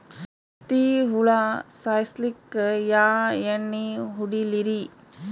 ಹತ್ತಿ ಹುಳ ಸಾಯ್ಸಲ್ಲಿಕ್ಕಿ ಯಾ ಎಣ್ಣಿ ಹೊಡಿಲಿರಿ?